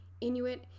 Inuit